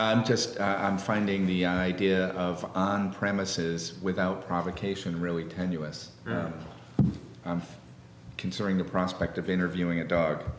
i'm just i'm finding the idea of premises without provocation really tenuous concerning the prospect of interviewing a dog